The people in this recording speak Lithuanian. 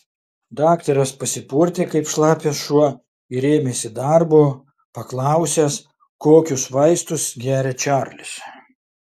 daktaras pasipurtė kaip šlapias šuo ir ėmėsi darbo paklausęs kokius vaistus geria čarlis